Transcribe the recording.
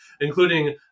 including